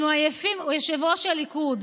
יושב-ראש הליכוד: